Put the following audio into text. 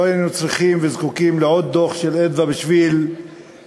לא היינו צריכים וזקוקים לעוד דוח של "מרכז אדוה" בשביל להראות